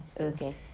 Okay